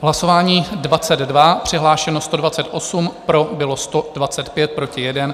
Hlasování 22, přihlášeno 128, pro bylo 125, proti 1.